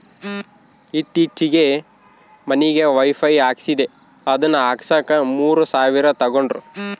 ಈತ್ತೀಚೆಗೆ ಮನಿಗೆ ವೈಫೈ ಹಾಕಿಸ್ದೆ ಅದನ್ನ ಹಾಕ್ಸಕ ಮೂರು ಸಾವಿರ ತಂಗಡ್ರು